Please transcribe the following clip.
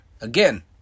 again